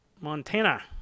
Montana